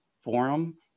Forum